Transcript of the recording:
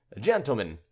gentlemen